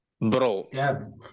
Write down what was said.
Bro